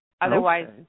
otherwise